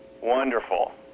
Wonderful